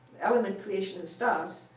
element creation in stars.